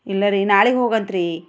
ಇಲ್ಲರೀ ನಾಳೆಗೆ ಹೋಗಂತ್ರೀ